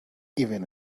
even